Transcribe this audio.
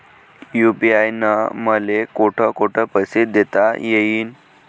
UPI न मले कोठ कोठ पैसे देता येईन?